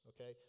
okay